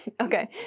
Okay